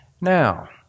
Now